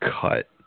cut